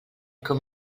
com